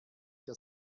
der